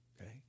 okay